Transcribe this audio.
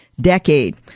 decade